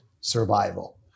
survival